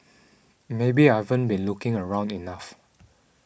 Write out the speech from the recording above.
maybe I been looking around enough